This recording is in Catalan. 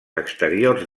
exteriors